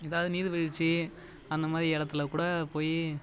ஏதாவது நீர்வீழ்ச்சி அந்தமாதிரி இடத்தில் கூட போய்